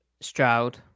Stroud